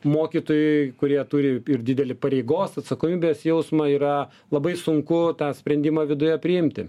mokytojui kurie turi ir didelį pareigos atsakomybės jausmą yra labai sunku tą sprendimą viduje priimti